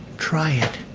try it.